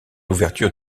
l’ouverture